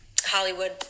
Hollywood